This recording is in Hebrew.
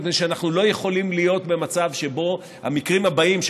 מפני שאנחנו לא יכולים להיות במצב שבו המקרים הבאים,